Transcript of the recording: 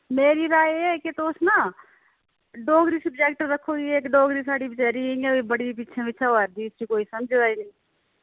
मेरी राय एह् ऐ की तुस ना डोगरी सब्जेक्ट रक्खो इक्क डोगरी साढ़ी जेह्ड़ी बेचारी बड़ी इंया पिच्छें पिच्छें होआ दी ते इसी कोई समझदा गै नेईं